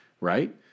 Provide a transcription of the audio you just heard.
right